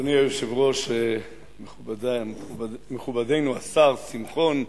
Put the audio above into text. אדוני היושב-ראש, מכובדי, מכובדנו השר שמחון,